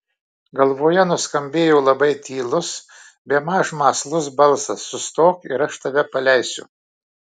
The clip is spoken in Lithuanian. galvoje nuskambėjo labai tylus bemaž mąslus balsas sustok ir aš tave paleisiu